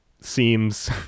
seems